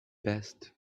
best